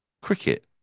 cricket